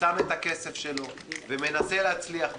ושם את הכסף שלו ומנסה להצליח,